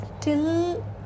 Till